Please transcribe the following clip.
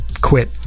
quit